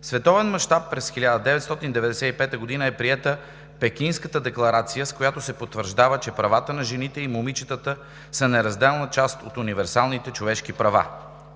В световен мащаб през 1995 г. е приета Пекинската декларация, с която се потвърждава, че правата на жените и момичетата са неразделна част от универсалните човешки права.